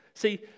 See